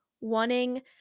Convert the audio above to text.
wanting